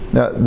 Now